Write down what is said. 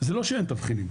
זה לא שאין תבחינים.